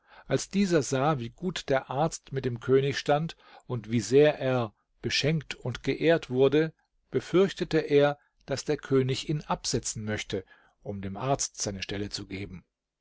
als dieser sah wie gut der arzt mit dem könig stand und wie sehr er beschenkt und geehrt wurde befürchtete er daß der könig ihn absetzen möchte um dem arzt seine stelle zu geben